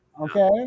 Okay